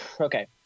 okay